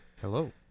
hello